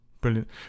brilliant